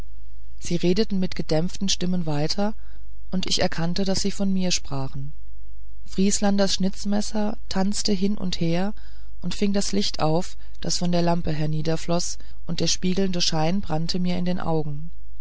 sie redeten mit gedämpfter stimme weiter und ich erkannte daß sie von mir sprachen vrieslanders schnitzmesser tanzte hin und her und fing das licht auf das von der lampe niederfloß und der spiegelnde schein brannte mir in den augen